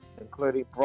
including